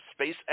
SpaceX